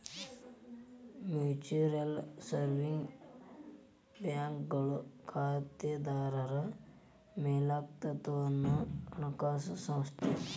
mutual savings ಬ್ಯಾಂಕ್ಗಳು ಖಾತೆದಾರರ್ ಮಾಲೇಕತ್ವದ ಹಣಕಾಸು ಸಂಸ್ಥೆ